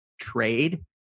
trade